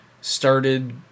started